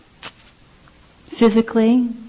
physically